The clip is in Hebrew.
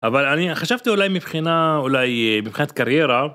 אבל אני חשבתי אולי מבחינה אולי אה.. מבחינת קריירה.